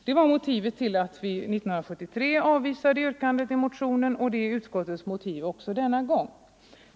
Det var motivet till att riksdagen 1973 avvisade yrkandet i motionen, och det är utskottets motiv också denna gång.